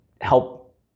help